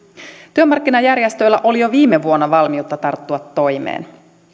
työmarkkinajärjestöillä oli jo viime vuonna valmiutta tarttua toimeen